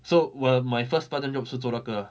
so when my first part time job 是做那个 ah